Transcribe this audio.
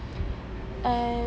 and